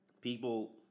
people